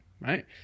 Right